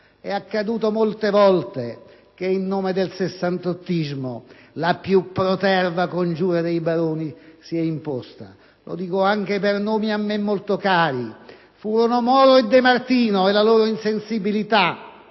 È accaduto molte volte che in nome del sessantottismo si sia imposta la più proterva «congiura dei baroni» e lo dico anche per nomi a me molto cari: furono Moro e De Martino e la loro insensibilità